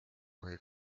kui